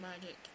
Magic